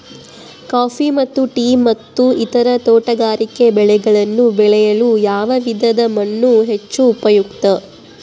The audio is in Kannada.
ಕಾಫಿ ಮತ್ತು ಟೇ ಮತ್ತು ಇತರ ತೋಟಗಾರಿಕೆ ಬೆಳೆಗಳನ್ನು ಬೆಳೆಯಲು ಯಾವ ವಿಧದ ಮಣ್ಣು ಹೆಚ್ಚು ಉಪಯುಕ್ತ?